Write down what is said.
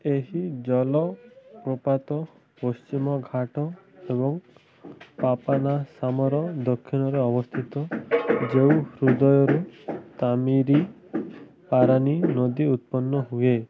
ଏହି ଜଳପ୍ରପାତ ପଶ୍ଚିମଘାଟ ଏବଂ ପାପାନାସାମର ଦକ୍ଷିଣରେ ଅବସ୍ଥିତ ଯେଉଁ ହ୍ରଦରୁ ତାମିରିପାରାନୀ ନଦୀ ଉତ୍ପନ୍ନ ହୁଏ